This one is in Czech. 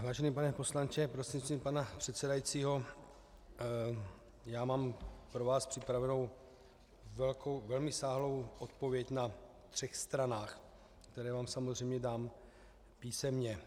Vážený pane poslanče prostřednictvím pana předsedajícího, já mám pro vás připravenou velmi rozsáhlou odpověď na třech stranách, které vám samozřejmě dám písemně.